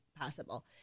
possible